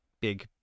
big